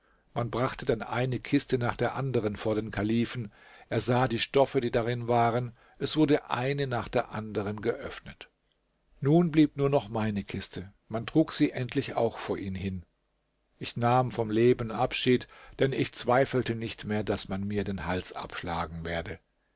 man brachte dann eine kiste nach der anderen vor den kalifen er sah die stoffe die darin waren es wurde eine nach der anderen geöffnet nun blieb nur noch meine kiste man trug sie endlich auch vor ihn hin ich nahm vom leben abschied denn ich zweifelte nicht mehr daß man mir den hals abschlagen werde